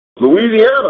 Louisiana